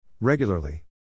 Regularly